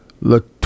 Look